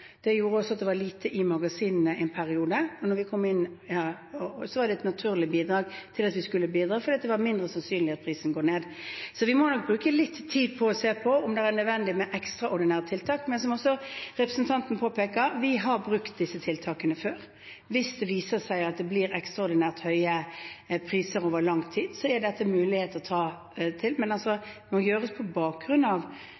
Det gjorde også at det var lite i magasinene en periode. Da var det naturlig at vi skulle bidra fordi det var mindre sannsynlig at prisen skulle gå ned. Så vi må nok bruke litt tid på å se på om det er nødvendig med ekstraordinære tiltak. Men som også representanten påpeker, har vi brukt slike tiltak før. Hvis det viser seg at det blir ekstraordinært høye priser over lang tid, er dette en mulighet å ty til. Men det må gjøres på bakgrunn av